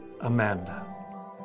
Amanda